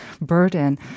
burden